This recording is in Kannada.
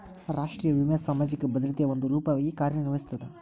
ರಾಷ್ಟ್ರೇಯ ವಿಮೆ ಸಾಮಾಜಿಕ ಭದ್ರತೆಯ ಒಂದ ರೂಪವಾಗಿ ಕಾರ್ಯನಿರ್ವಹಿಸ್ತದ